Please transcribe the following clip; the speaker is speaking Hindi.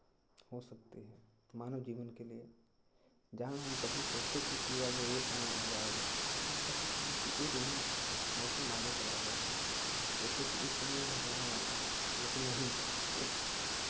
हो सकती है तो मानव जीवन के लिए जहाँ हम कभी सोचते थे कि अब ये समय आ जाएगा ऐसा हम कह सकते हैं कि एक महीना मौसम आगे चला गया है जैसे कि इस समय यह होने वाला है लेकिन नहीं